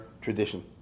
tradition